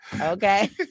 okay